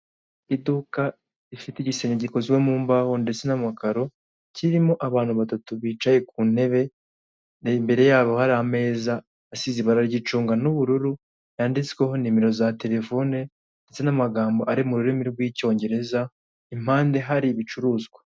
Iduka rifite igisenge gikozwe mu mbaho ndetse n'amakaro kirimo abantu batatu bicaye ku ntebe imbere yabo hari ameza asize ibara ry'icunga n'ubururu yanditsweho nimero za telefone ndetse n'amagambo ari mu rurimi rw'icyongereza impande hari ibicuruzwa.